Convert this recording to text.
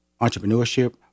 entrepreneurship